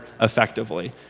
effectively